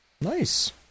Nice